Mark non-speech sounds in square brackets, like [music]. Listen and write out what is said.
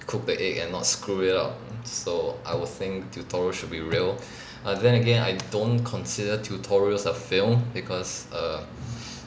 cook the egg and not screw it up so I would think tutorial should be real [breath] ah then again I don't consider tutorials a film because err [breath]